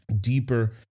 deeper